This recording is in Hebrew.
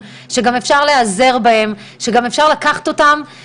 מה לוחות הזמנים של כל התוכנית היפה הזו שאמורה בעצם לתת מענה